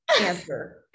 answer